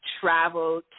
travel